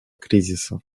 кризиса